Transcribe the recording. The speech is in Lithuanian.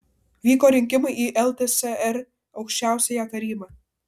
vyko rinkimai į ltsr aukščiausiąją tarybą